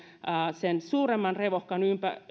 sen suuremman revohkan